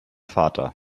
vater